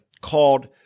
called